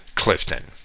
Clifton